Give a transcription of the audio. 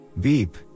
Beep